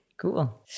Cool